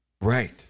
Right